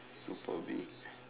super big